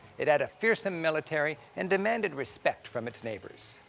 it had a fearsome military and demanded respect from its neighbors.